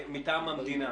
מטעם המדינה?